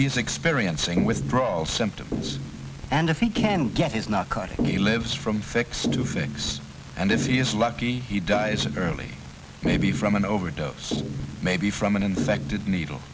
he's experiencing withdrawal symptoms and if he can't get his not cutting he lives from fixed to fix and if he is lucky he dies early maybe from an overdose maybe from an infected needle